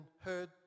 heard